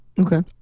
okay